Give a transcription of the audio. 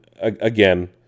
again